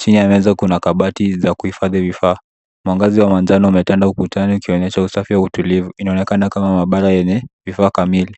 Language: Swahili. Chini ya meza kuna kabati za kuhifadhi vifaa. Mwangaza wa manjano umetanda ukutani ukionyesha usafi na utulivu. Inaonekana kama maabara yenye vifaa kamili.